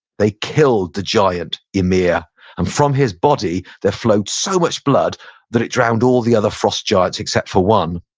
they killed the giant ymir and from his body there flowed so much blood that it drowned all the other frost giants except for one.